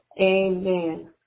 Amen